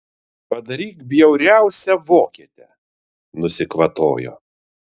padaryk bjauriausią vokietę nusikvatojo